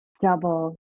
double